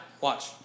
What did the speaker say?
watch